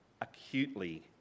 acutely